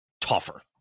tougher